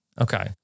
Okay